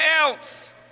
else